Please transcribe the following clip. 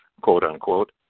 quote-unquote